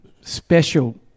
special